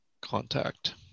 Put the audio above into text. contact